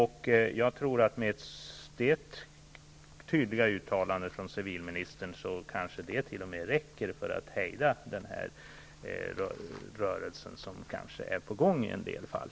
Civilministerns tydliga uttalande räcker kanske t.o.m. för att hejda den rörelse som kanske är på gång i en del fall.